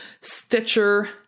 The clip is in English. Stitcher